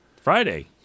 Friday